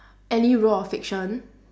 any role of fiction